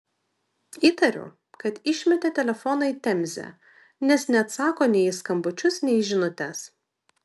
įtariu kad išmetė telefoną į temzę nes neatsako nei į skambučius nei į žinutes